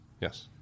Yes